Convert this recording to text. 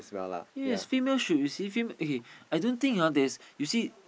yes female should receive them eh I don't think there's you see